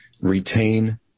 retain